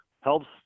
helps